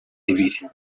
ibiri